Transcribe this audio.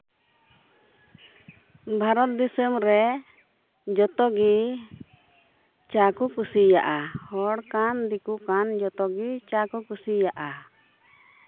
ᱵᱷᱟᱨᱚᱛ ᱫᱤᱥᱚᱢ ᱨᱮ ᱡᱚᱛᱚ ᱜᱤ ᱪᱟ ᱠᱚ ᱠᱩᱥᱤᱭᱟᱜᱼᱟ ᱦᱚᱲ ᱠᱟᱱ ᱫᱤᱠᱩ ᱠᱟᱱ ᱡᱚᱛᱚ ᱜᱤ ᱪᱟ ᱠᱚ ᱠᱩᱥᱤᱭᱟᱜᱼᱟ